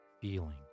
feeling